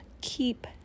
keep